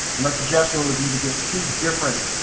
and my suggestion would be to get two different,